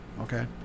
Okay